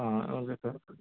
okay sir